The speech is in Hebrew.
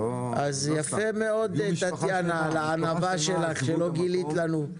יפה מאוד טטיאנה על הענווה שלך שלא גילית לנו.